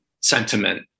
sentiment